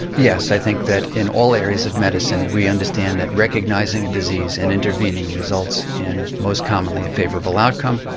yes. i think that in all areas of medicine we understand that recognising a disease and intervening results in most commonly a favourable outcome,